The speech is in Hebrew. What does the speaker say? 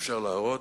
אפשר להראות